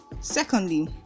secondly